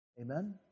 Amen